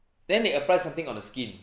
then they apply something on the skin